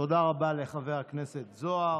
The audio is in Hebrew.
תודה רבה לחבר הכנסת זוהר.